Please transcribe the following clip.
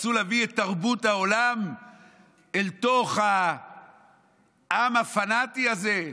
רצו להביא את תרבות העולם אל תוך העם הפנאטי הזה,